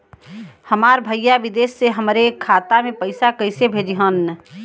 हमार भईया विदेश से हमारे खाता में पैसा कैसे भेजिह्न्न?